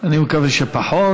אני מקווה שפחות.